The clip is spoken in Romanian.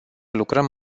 lucrăm